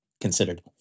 considered